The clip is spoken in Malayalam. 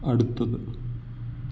അടുത്തത്